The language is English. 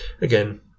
Again